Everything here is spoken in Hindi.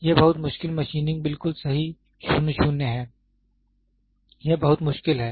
यह बहुत मुश्किल मशीनिंग बिल्कुल सही 00 है यह बहुत मुश्किल है